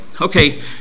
okay